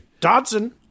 Dodson